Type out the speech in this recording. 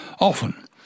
often